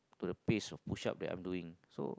for the pace of push up that I am doing so